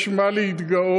יש במה להתגאות.